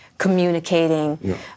communicating